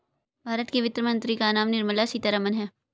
भारत के वित्त मंत्री का नाम निर्मला सीतारमन है